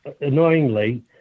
annoyingly